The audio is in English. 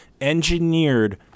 engineered